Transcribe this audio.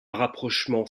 rapprochement